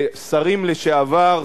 שרים לשעבר,